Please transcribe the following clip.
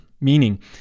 meaning